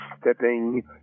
stepping